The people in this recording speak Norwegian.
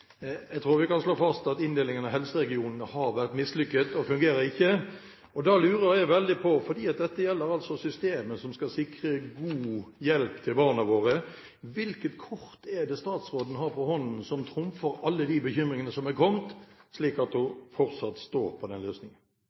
Jeg tror vi kan slå fast at inndelingen av helseregionene har vært mislykket og fungerer ikke. Da lurer jeg veldig på, fordi dette gjelder altså systemer som skal sikre god hjelp til barna våre: Hvilket kort er det statsråden har på hånden som trumfer alle de bekymringene som er kommet, slik at hun fortsatt står på den løsningen?